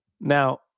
Now